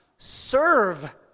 Serve